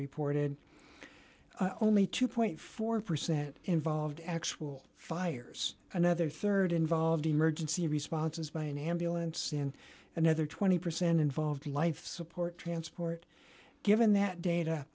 reported only two point four percent involved actual fires another rd involved emergency responses by an ambulance and another twenty percent involved in life support transport given that data